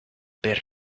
per